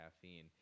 caffeine